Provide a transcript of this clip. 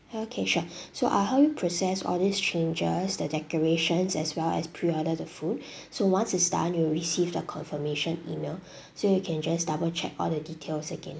okay sure so I'll help you process all these changes the decorations as well as pre order the food so once it's done you'll receive the confirmation email so you can just double check all the details again